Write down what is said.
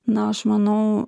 na aš manau